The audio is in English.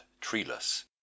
treeless